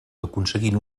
aconseguint